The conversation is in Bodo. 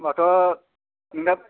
होम्बाथ' नोंना